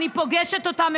אני פוגשת אותם.